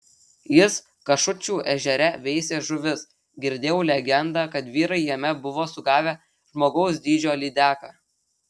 jis kašučių ežere veisė žuvis girdėjau legendą kad vyrai jame buvo sugavę žmogaus dydžio lydeką